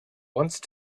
once